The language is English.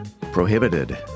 prohibited